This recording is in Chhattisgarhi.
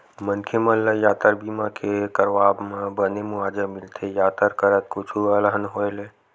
मनखे मन ल यातर बीमा के करवाब म बने मुवाजा मिलथे यातर करत कुछु अलहन होय ले